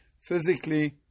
physically